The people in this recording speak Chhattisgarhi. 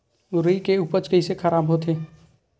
रुई के उपज कइसे खराब होथे?